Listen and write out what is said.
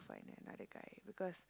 find another guy because